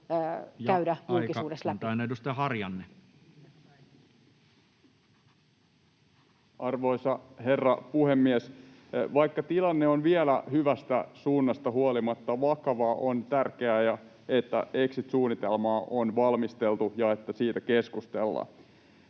läpi. Edustaja Harjanne. Arvoisa herra puhemies! Vaikka tilanne on hyvästä suunnasta huolimatta vielä vakava, on tärkeää, että exit-suunnitelmaa on valmisteltu ja että siitä keskustellaan.